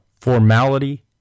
Formality